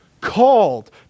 called